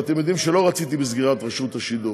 ואתם יודעים שלא רציתי בסגירת רשות השידור.